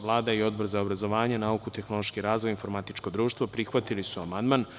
Vlada i Odbor za obrazovanje, nauku, tehnološki razvoj i informatičko društvo prihvatili su amandman.